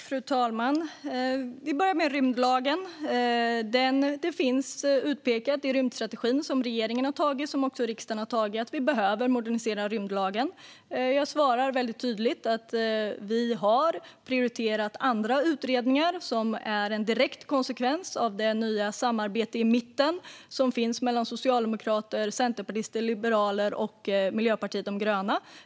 Fru talman! Vi börjar med rymdlagen. Det finns utpekat i rymdstrategin som regeringen och riksdagen har antagit att vi behöver modernisera rymdlagen. Jag svarar väldigt tydligt att vi har prioriterat andra utredningar. Detta är en direkt konsekvens av det nya samarbete i mitten som finns mellan socialdemokrater, centerpartister, liberaler och Miljöpartiet de gröna.